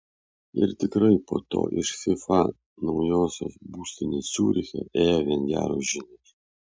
ir tikrai po to iš fifa naujosios būstinės ciuriche ėjo vien geros žinios